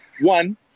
One